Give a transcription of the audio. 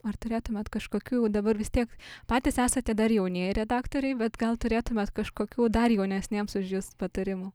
ar turėtumėt kažkokių dabar vis tiek patys esate dar jaunieji redaktoriai bet gal turėtumėt kažkokių dar jaunesniems už jus patarimų